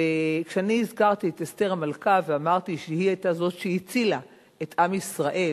כשאני הזכרתי את אסתר המלכה ואמרתי שהיא היתה זאת שהצילה את עם ישראל